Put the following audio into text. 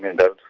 that